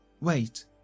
Wait